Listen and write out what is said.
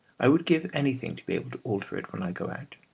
i would give anything to be able to alter it when i go out.